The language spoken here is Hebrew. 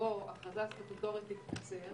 שבו הכרזה סטטוטורית תתקצר